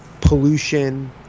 pollution